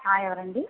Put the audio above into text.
ఎవరండీ